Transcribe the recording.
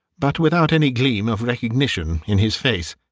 but without any gleam of recognition in his face.